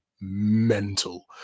mental